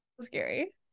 scary